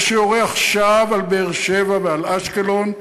זה שיורה עכשיו על באר-שבע ועל אשקלון,